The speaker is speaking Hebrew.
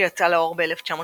שיצא לאור ב-1935,